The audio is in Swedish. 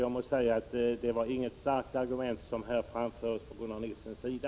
Jag måste säga att det inte har framförts något starkt argument från Gunnar Nilssons sida.